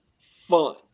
fun